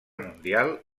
mundial